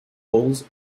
bowls